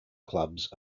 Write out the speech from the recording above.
clubs